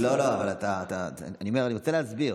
לא, לא, אבל אני רוצה להסביר: